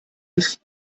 ist